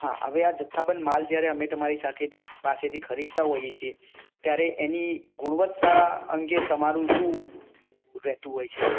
હા હવે આ જથ્થાબંધ માલ જયારે અમે તમારી સાથેથી પાસેથી ખરીદતા હોઇએ છીએ ત્યારે એની ગુણવત્તા અંગે તમારું શું રહેતું હોય છે